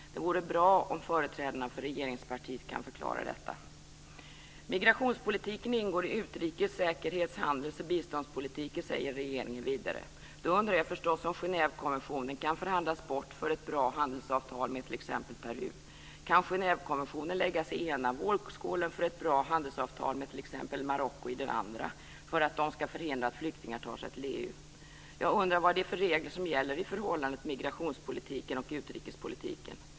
Det vore bra om företrädarna för regeringspartiet kunde förklara detta. Migrationspolitiken ingår i utrikes-, säkerhets-, handels och biståndspolitiken, säger regeringen vidare. Då undrar jag förstås om Genèvekonventionen kan förhandlas bort för ett bra handelsavtal med t.ex. Peru. Kan Genèvekonventionen läggas i ena vågskålen för ett bra handelsavtal med t.ex. Marocko i den andra, för att de ska förhindra att flyktingar tar sig till EU? Jag undrar vad det är för regler som gäller i förhållandet mellan migrationspolitiken och utrikespolitiken.